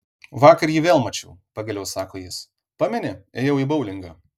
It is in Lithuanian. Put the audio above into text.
vakar jį vėl mačiau pagaliau sako jis pameni ėjau į boulingą